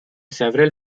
several